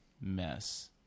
mess